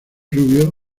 rubio